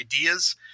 ideas